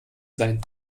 sein